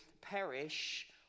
perish